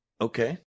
Okay